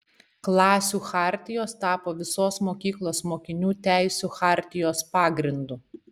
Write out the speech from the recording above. klasių chartijos tapo visos mokyklos mokinių teisių chartijos pagrindu